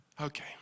Okay